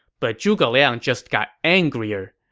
but zhuge liang just got angrier.